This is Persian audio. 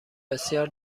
بسیار